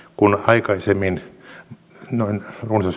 kun aikaisemmin noin runsas